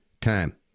time